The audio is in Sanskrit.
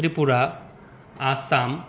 त्रिपुरा आस्सां